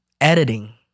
Editing